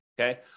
okay